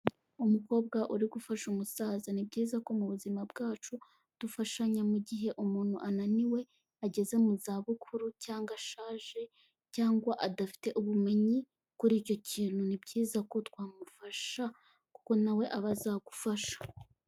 Umukobwa uri gufasha umusaza ni byiza ko mu buzima bwacu dufashanya mu gihe umuntu ananiwe, ageze mu zabukuru cyangwa ashaje cyangwa adafite ubumenyi kuri icyo kintu ni byiza ko twamufasha kuko nawe aba azagufasha.